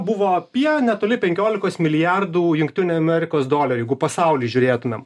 buvo apie netoli penkiolikos milijardų jungtinių amerikos dolerių jeigu pasauly žiūrėtumėm